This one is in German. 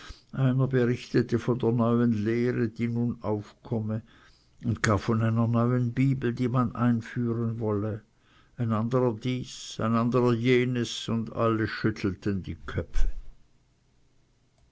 brichtete von der neuen lehre die nun aufkomme und gar von einer neuen bibel die man einführen wolle ein anderer dies ein anderer jenes und alle schüttelten die köpfe